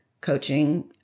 coaching